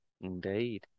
Indeed